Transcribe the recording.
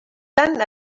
tan